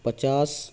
پچاس